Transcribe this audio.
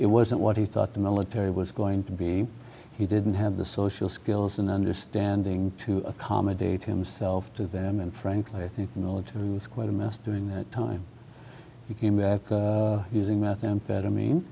it wasn't what he thought the military was going to be he didn't have the social skills and understanding to accommodate himself to them and frankly i think the military was quite a mess during that time he came back using methamphetamine